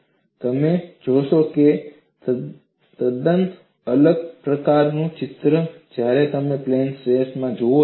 અને તમે જોશો તદ્દન અલગ પ્રકારનું ચિત્ર જ્યારે તમે પ્લેન સ્ટ્રેસ કેસ માટે જુઓ છો